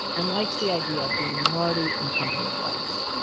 and likes the idea of being a minority in the company of whites.